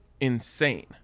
insane